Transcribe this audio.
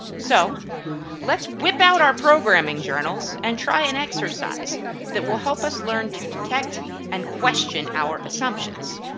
so let's whip out our programming journals and try an exercise that will help us learn to detect and question our assumptions.